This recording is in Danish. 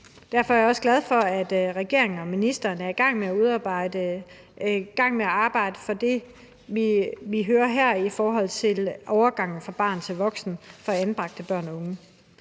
Derfor er jeg også glad for, at regeringen og ministeren er i gang med at arbejde for det, vi hører her i forhold til overgangen fra barn til voksen for anbragte børn og unge.